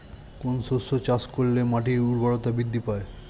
কোন শস্য চাষ করলে মাটির উর্বরতা বৃদ্ধি পায়?